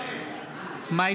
אינה